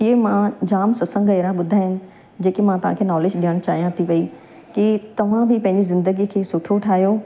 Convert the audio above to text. इहे मां जाम सत्संग अहिड़ा ॿुधा आहिनि जेके मां तव्हांखे नॉलेज ॾियणु चाहियां थी पई की तव्हां बि पंहिंजे ज़िंदगीअ खे सुठो ठाहियो ऐं